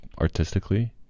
artistically